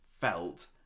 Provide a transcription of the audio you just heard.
felt